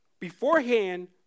beforehand